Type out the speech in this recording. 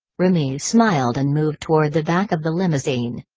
remy smiled and moved toward the back of the limousine.